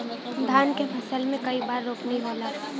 धान के फसल मे कई बार रोपनी होला?